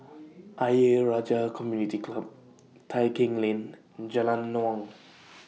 Ayer Rajah Community Club Tai Keng Lane Jalan Naung